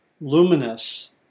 luminous